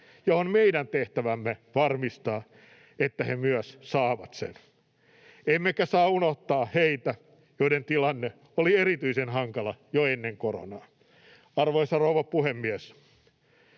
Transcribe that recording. ja on meidän tehtävämme varmistaa, että he myös saavat sen. Emmekä saa unohtaa heitä, joiden tilanne oli erityisen hankala jo ennen koronaa. Arvoisa rouva puhemies!